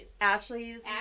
Ashley's